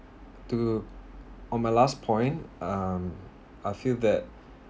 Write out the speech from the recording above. to on my last point um I feel that